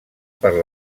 per